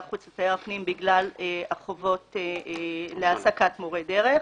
חוץ ותייר פנים בגלל החובות להעסקת מורי דרך.